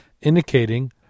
indicating